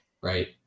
right